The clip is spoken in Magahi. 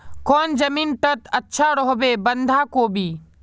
कौन जमीन टत अच्छा रोहबे बंधाकोबी?